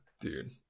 Dude